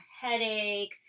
headache